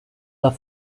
las